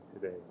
today